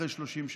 אחרי 30 שנה.